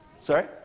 sorry